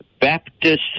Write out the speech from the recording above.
Baptist